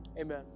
amen